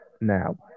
now